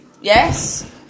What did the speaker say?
Yes